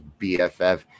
BFF